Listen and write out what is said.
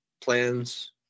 plans